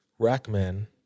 rackman